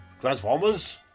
Transformers